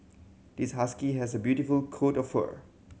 this husky has a beautiful coat of fur